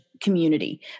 community